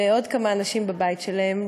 ועוד כמה אנשים בבית שלהם,